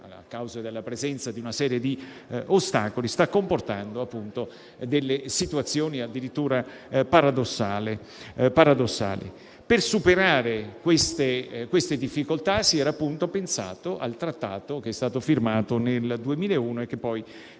a causa della presenza di una serie di ostacoli, situazioni addirittura paradossali. Per superare tali difficoltà si era pensato al Trattato che è stato firmato nel 2001 e che poi